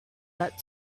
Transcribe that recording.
that